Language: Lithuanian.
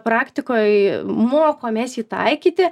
praktikoj mokomės jį taikyti